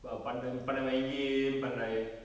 uh pandai-pandai main game pandai